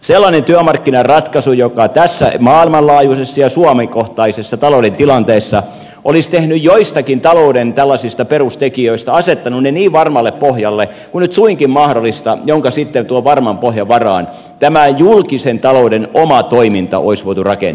sellainen työmarkkinaratkaisu joka tässä maailmanlaajuisessa ja suomen kohtaisessa talouden tilanteessa olisi asettanut jotkut talouden tällaiset perustekijät niin varmalle pohjalle kuin nyt suinkin mahdollista ja sitten tuon varman pohjan varaan tämä julkisen talouden oma toiminta olisi voitu rakentaa